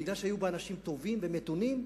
מפני שהיו בה אנשים טובים ומתונים,